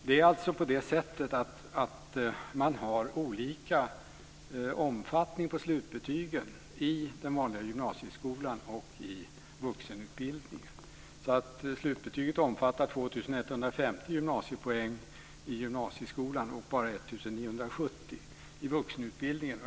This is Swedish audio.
Det är alltså på det sättet att man har olika omfattning på slutbetygen i den vanliga gymnasieskolan och i vuxenutbildningen. Slutbetyget omfattar 2 150 gymnasiepoäng i gymnasieskolan och bara 1 970 i vuxenutbildningen.